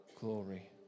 glory